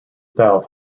style